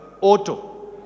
auto